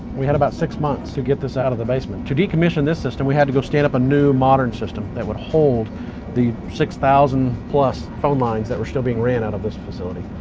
we had about six months to get this out of the basement. to decommission this system we had to go stand up a new modern system that would hold the six thousand plus phone lines that were still being ran out of this facility.